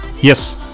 Yes